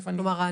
כלומר,